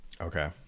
okay